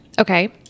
Okay